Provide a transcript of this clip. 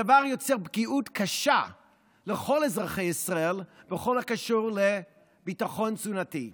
הדבר יוצר פגיעות קשה לכל אזרחי ישראל בכל הקשור לביטחון תזונתי.